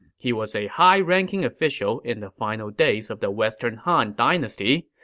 he was a high-ranking official in the final days of the western han dynasty,